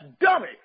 dummy